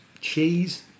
Cheese